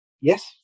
Yes